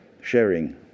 sharing